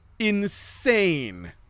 Insane